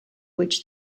which